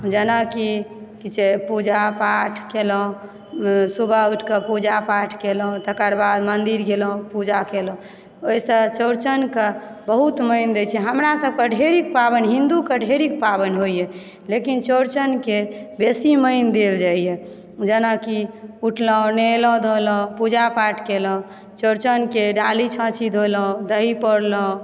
जेनाकि पुजा पाठ केलहुँ सुबह उठिके पूजा पाठ केलहुँ तकर बाद मन्दिर गेलहुँ पूजा केलहुँ ओहिसँ चौरचनकऽ बहुत मानि दैत छी हमरा सभके ढ़ेरिक पाबनि हिंदूके ढेरिक पाबनि होइए लेकिन चौरचनके बेसी मानि देल जाइए जेनाकि उठलहुँ नहेलहुँ धोयलहुँ पूजा पाठ केलहुँ चौरचनके डाली छाँछी धोलहुँ दही परलहुँ